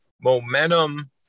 momentum